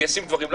וישים דברים.